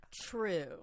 True